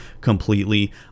completely